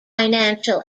financial